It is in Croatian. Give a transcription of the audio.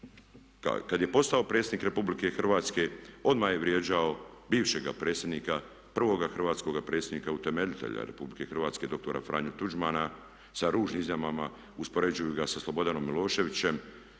kad je postao predsjednik RH odmah je vrijeđao bivšega predsjednika, prvoga hrvatskoga predsjednika, utemeljitelja RH, doktora Franju Tuđmana, sa ružnim izjavama, uspoređuju ga sa Slobodanom Milošević,